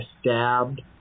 stabbed